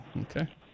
Okay